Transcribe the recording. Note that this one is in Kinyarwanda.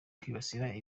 kwibasira